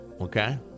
Okay